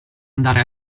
andare